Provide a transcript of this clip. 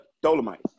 Dolomite